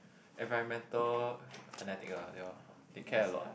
environmental fanatic lah ya lor they care a lot